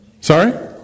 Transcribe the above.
Sorry